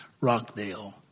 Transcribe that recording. Rockdale